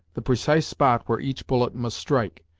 the precise spot where each bullet must strike,